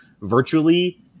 virtually